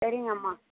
சரிங்க அம்மா